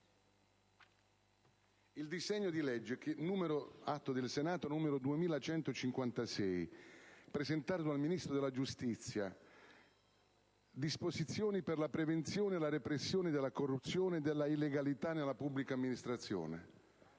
il disegno di legge n. 2156, presentato dal Ministro della giustizia, che reca «Disposizioni per la prevenzione e la repressione della corruzione e della illegalità nella pubblica amministrazione».